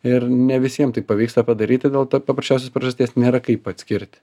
ir ne visiem tai pavyksta padaryti dėl to paprasčiausios priežasties nėra kaip atskirti